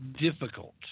Difficult